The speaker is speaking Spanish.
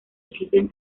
existen